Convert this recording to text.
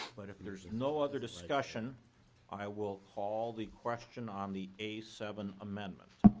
but if there is no other discussion i will call the question on the a seven amendment.